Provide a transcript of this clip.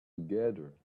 together